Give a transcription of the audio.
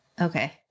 Okay